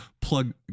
plug